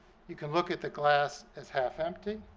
you can look at the glass as half empty,